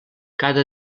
cada